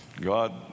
God